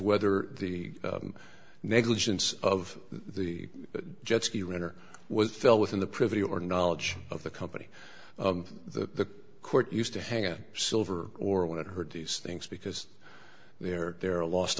whether the negligence of the jet ski winner was fell within the privy or knowledge of the company the court used to hang out in silver or when i heard these things because they're they're a lost